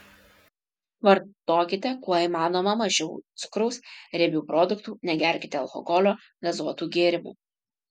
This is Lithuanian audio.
vartokite kuo įmanoma mažiau cukraus riebių produktų negerkite alkoholio gazuotų gėrimų